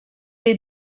est